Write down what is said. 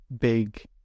big